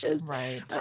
Right